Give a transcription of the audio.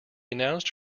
announced